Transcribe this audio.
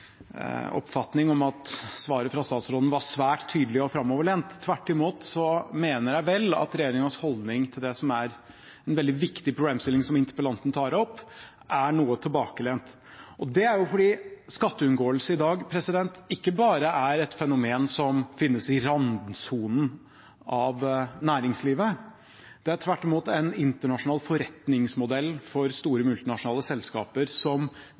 oppfatning om at svaret fra statsråden var svært tydelig og framoverlent. Tvert imot mener jeg vel at regjeringens holdning til det som er en veldig viktig problemstilling, som interpellanten tar opp, er noe tilbakelent, for skatteunngåelse er i dag ikke bare et fenomen som finnes i randsonen av næringslivet – det er tvert imot en internasjonal forretningsmodell for store multinasjonale selskaper som